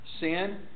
sin